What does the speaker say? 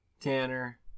Tanner